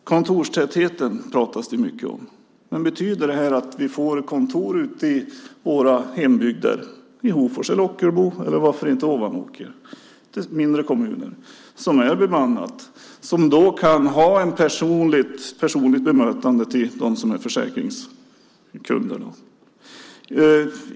Det pratas mycket om kontorstätheten. Kontoren i de mindre kommunerna i våra hembygder - Hofors, Ockelbo eller varför inte Ovanåker - är bemannade och kan ge försäkringskunderna ett personligt bemötande.